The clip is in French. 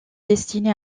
destinée